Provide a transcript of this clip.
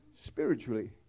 Spiritually